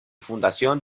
fundación